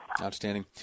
Outstanding